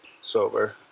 sober